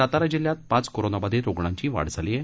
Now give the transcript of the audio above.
सातारा जिल्ह्यात पाच कोरोना बाधीत रुग्णाघी वाढ झाली आहे